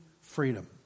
freedom